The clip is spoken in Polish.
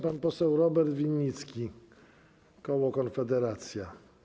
Pan poseł Robert Winnicki, koło Konfederacja.